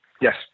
Yes